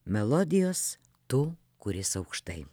melodijos tu kuris aukštai